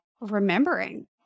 remembering